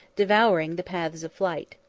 devouring the paths of flight.